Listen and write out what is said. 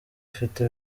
afite